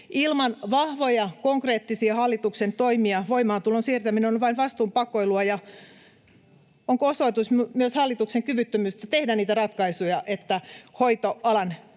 Ilman vahvoja, konkreettisia hallituksen toimia voimaantulon siirtäminen on vain vastuun pakoilua — ja onko se osoitus myös hallituksen kyvyttömyydestä tehdä niitä ratkaisuja, että hoitoalan